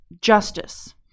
justice